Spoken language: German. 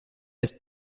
ist